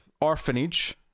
orphanage